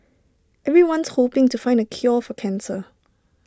everyone's hoping to find the cure for cancer